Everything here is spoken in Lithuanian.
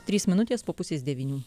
trys minutės po pusės devynių